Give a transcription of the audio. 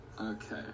Okay